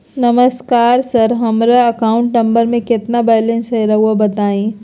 नमस्कार सर हमरा account number में कितना बैलेंस हेई राहुर बताई?